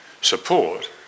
support